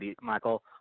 Michael